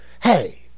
hey